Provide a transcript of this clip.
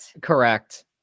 Correct